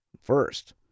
First